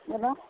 hello